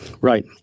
Right